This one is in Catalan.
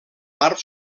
part